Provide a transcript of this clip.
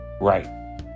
Right